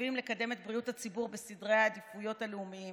מתחייבים לקדם את בריאות הציבור בסדרי העדיפויות הלאומיים